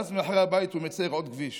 ואז מאחורי הבית הוא מצייר עוד כביש.